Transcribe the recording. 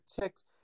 ticks